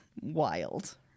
wild